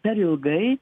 per ilgai